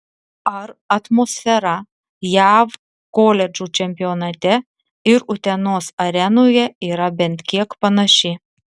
ar atmosfera jav koledžų čempionate ir utenos arenoje yra bent kiek panaši